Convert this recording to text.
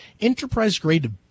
enterprise-grade